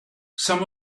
some